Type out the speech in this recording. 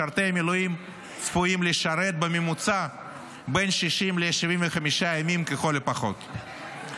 משרתי המילואים צפויים לשרת בממוצע בין 60 ל-75 ימים לכל הפחות,